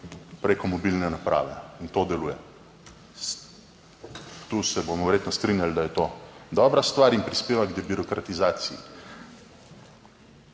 preko mobilne naprave in to deluje. Tu se bomo verjetno strinjali, da je to dobra stvar in prispeva k debirokratizaciji.